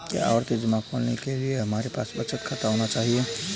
क्या आवर्ती जमा खोलने के लिए हमारे पास बचत खाता होना चाहिए?